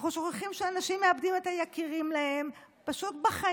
אנחנו שוכחים שאנשים מאבדים את היקירים להם בחיים,